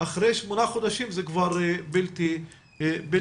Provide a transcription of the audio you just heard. אחרי שמונה חודשים זה כבר בלתי נסבל.